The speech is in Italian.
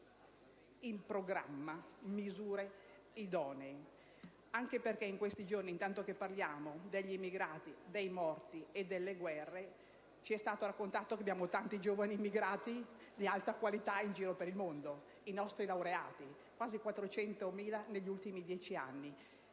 in programma misure idonee, anche perché in questi giorni, intanto che parliamo degli immigrati, dei morti e delle guerre, ci è stato raccontato che abbiamo tanti giovani nostri emigranti di alta qualità in giro per il mondo, i nostri laureati: quasi 400.000 negli ultimi 10 anni.